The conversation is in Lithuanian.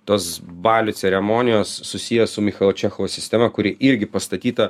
tos balių ceremonijos susiję su michalo čechovo sistema kuri irgi pastatyta